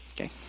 Okay